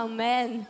Amen